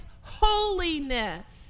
holiness